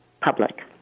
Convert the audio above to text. public